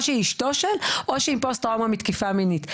או שהיא אשתו של או שהיא עם פוסט טראומה מתקיפה מינית.